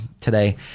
today